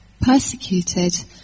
persecuted